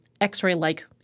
X-ray-like